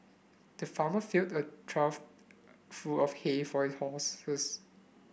the farmer filled a trough full of hay for horses